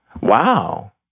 Wow